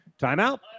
Timeout